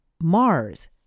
Mars